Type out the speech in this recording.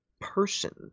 person